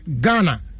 Ghana